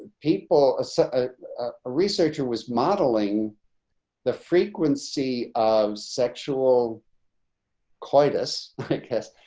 people a so ah researcher was modeling the frequency of sexual cleitus, i guess,